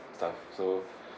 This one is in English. stuff so